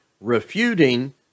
refuting